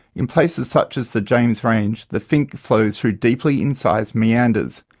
in places such as the james range the finke flows through deeply incised meanders.